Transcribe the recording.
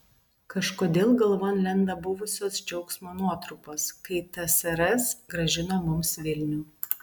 kažkodėl galvon lenda buvusios džiaugsmo nuotrupos kai tsrs grąžino mums vilnių